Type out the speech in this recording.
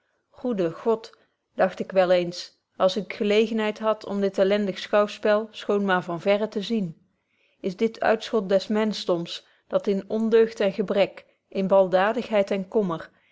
goede god dagt ik wel eens als ik gelegenheid had om dit elendig schouwspel schoon maar van verre te zien is dit uitschot des menschdoms dat in ondeugd en gebrek in baldadigheid en kommer